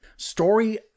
story